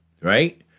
Right